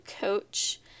coach